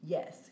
Yes